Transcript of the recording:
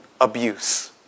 abuse